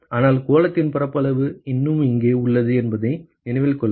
ஆனால் கோளத்தின் பரப்பளவு இன்னும் இங்கே உள்ளது என்பதை நினைவில் கொள்ளவும்